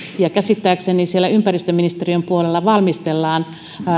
ja käsittääkseni siellä ympäristöministeriön puolella valmistellaan